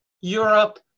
Europe